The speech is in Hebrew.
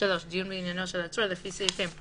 (3)דיון בעניינו של עצור לפי סעיפים 240,